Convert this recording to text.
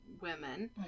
women